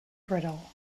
brittle